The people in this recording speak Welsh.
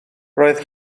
roedd